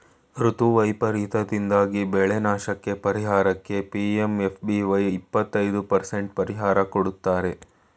ಋತು ವೈಪರೀತದಿಂದಾದ ಬೆಳೆನಾಶಕ್ಕೇ ಪರಿಹಾರಕ್ಕೆ ಪಿ.ಎಂ.ಎಫ್.ಬಿ.ವೈ ಇಪ್ಪತೈದು ಪರಸೆಂಟ್ ಪರಿಹಾರ ಕೊಡ್ತಾರೆ